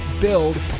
build